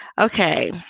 Okay